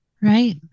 right